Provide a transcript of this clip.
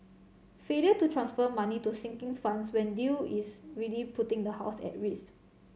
failure to transfer money to sinking funds when due is really putting the house at risk